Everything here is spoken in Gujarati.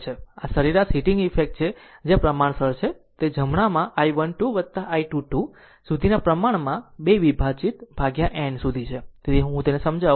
આ સરેરાશ હીટિંગ ઇફેક્ટ છે જે આ પ્રમાણસર છે તે જમણા i1 2 I2 2 સુધીના પ્રમાણમાં 2 વિભાજિત n સુધી છે તેથી હું તેને સમજાવું કરું